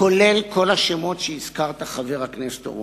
כולל כל השמות שהזכרת, חבר הכנסת אורון,